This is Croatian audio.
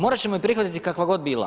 Morati ćemo ju prihvatiti kakva god bila.